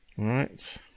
Right